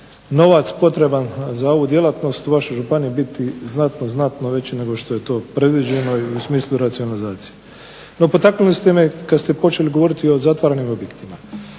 novac potreba za ovu djelatnost u vašoj županiji biti znatno, znatno veći nego što je to predviđeno i u smislu racionalizacije. No potaknuli ste me kada ste počeli govoriti o zatvaranim objektima.